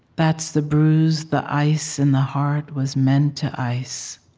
that's the bruise the ice in the heart was meant to ice.